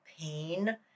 pain